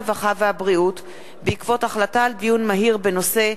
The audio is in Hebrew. הרווחה והבריאות בעקבות דיון מהיר בנושא: